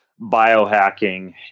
biohacking